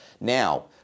Now